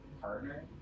partner